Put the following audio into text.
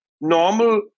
normal